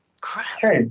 Crap